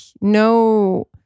no